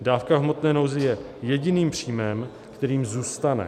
Dávka v hmotné nouzi je jediným příjmem, který jim zůstane.